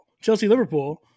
Chelsea-Liverpool